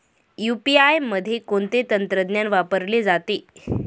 UPI मध्ये कोणते तंत्रज्ञान वापरले जाते?